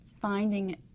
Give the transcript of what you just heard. finding